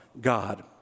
God